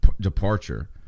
departure